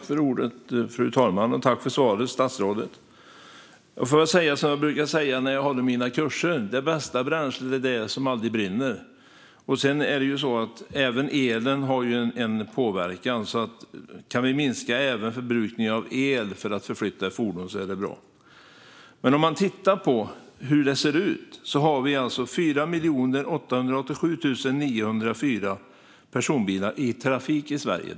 Fru talman! Jag tackar statsrådet för svaret. Jag får säga som jag brukar säga när jag håller mina kurser: Det bästa bränslet är det som aldrig brinner. Sedan är det så att även elen har en påverkan. Om vi kan minska även förbrukningen av el för att förflytta fordon är det bra. Om man tittar på hur det ser ut har vi alltså 4 887 904 personbilar i trafik i Sverige.